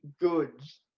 goods